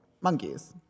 monkeys